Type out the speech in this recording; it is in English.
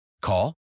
Call